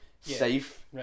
safe